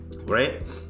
right